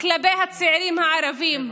כלפי הצעירים הערבים.